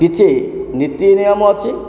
କିଛି ନୀତି ନିୟମ ଅଛି